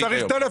הוא צריך טלפון.